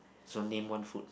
so name one food